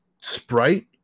Sprite